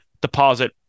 deposit